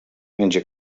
menja